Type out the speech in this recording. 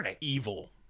evil